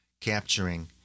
capturing